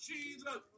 Jesus